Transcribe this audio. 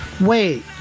wait